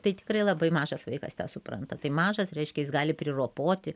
tai tikrai labai mažas vaikas tą supranta tai mažas reiškia jis gali priropoti